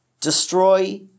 destroy